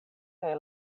kaj